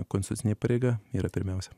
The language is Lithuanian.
konstitucinė pareiga yra pirmiausia